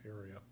area